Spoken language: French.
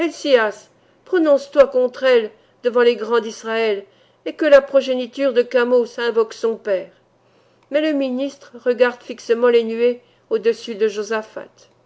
helcias prononce toi contre elles devant les grands d'israël et que la progéniture de khamôs invoque son père mais le ministre regarde fixement les nuées au-dessus de josaphat